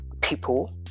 people